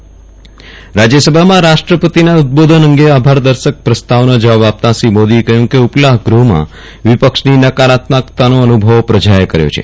રાજયસભામાં રાષ્ટ્રપતિના ઉદબોધન અંગે આભારદર્શક પ્રસ્તાવનો જવાબ આપતાં શ્રી મોદીએ કહ્યું કે ઉપલા ગ્રહમાં વિપક્ષની નકારાત્મકતાનો અનુભવ પ્રજાએ કર્યો છે